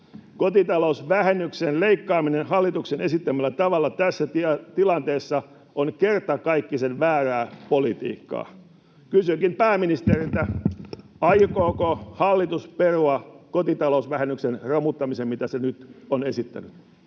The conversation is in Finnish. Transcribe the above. Kotitalousvähennyksen leikkaaminen hallituksen esittämällä tavalla tässä tilanteessa on kertakaikkisen väärää politiikkaa. Kysynkin pääministeriltä: aikooko hallitus perua kotitalousvähennyksen romuttamisen, mitä se nyt on esittänyt?